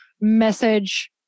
message